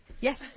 Yes